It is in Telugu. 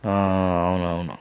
అవును అవును